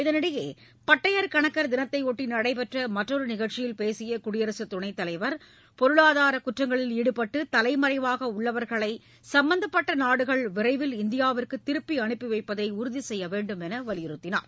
இதனிடையே பட்டயர் கணக்கள் தினத்தையொட்டி நடைபெற்ற மற்றொரு நிகழ்ச்சியில் பேசிய குடியரசுத் துணைத்தலைவர் பொருளாதார குற்றங்களில் ஈடுபட்டு தலைமறைவாக உள்ளவர்களை சுப்பந்தப்பட்ட நாடுகள் விரைவில் இந்தியாவிற்கு திருப்பி அனுப்பி வைப்பதை உறுதி செய்யுமாறு வலியுறுத்தியுள்ளார்